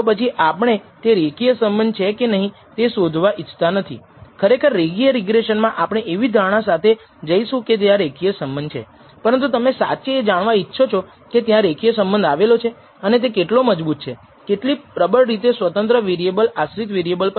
યાદ રાખો તે રેખીય મોડેલના ગુણાંક કે જે આપણે ફીટ કર્યા છે જે ઇન્ટરસેપ્ટ ટર્મ β0 અને સ્લોપ ટર્મ β1 છે